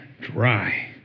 dry